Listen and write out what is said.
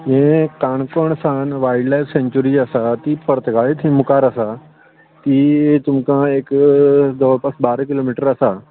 यें काणकोणसान wildlife सँच्युरी जी आसा ती परतगाळी मुखार आसा ती तुमकां एक जवळपास बारा किलोमिटर आसा